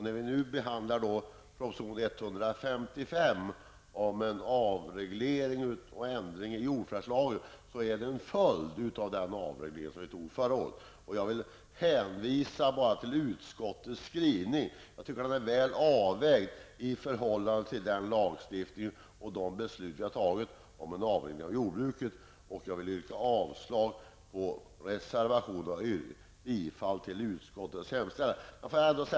När vi nu behandlar proposition 155 om en ändring i jordförvärvslagen är detta en följd av den avreglering som det beslutades om förra året. Jag vill bara hänvisa till utskottets skrivning. Den är väl avvägd i förhållande till den lagstiftning och de beslut som vi har antagit om en avreglering av jordbruket. Jag yrkar avslag på reservationerna och bifall till utskottets hemställan.